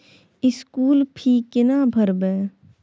School fee केना भरबै?